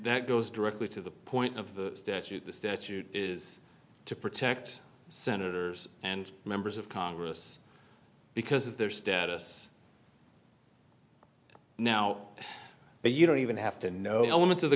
that goes directly to the point of the statute the statute is to protect senators and members of congress because of their status now but you don't even have to know